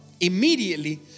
immediately